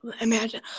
imagine